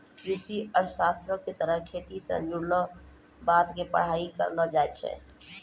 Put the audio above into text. कृषि अर्थशास्त्रो के तहत खेती से जुड़लो बातो के पढ़ाई करलो जाय छै